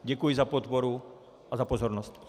Děkuji za podporu a za pozornost.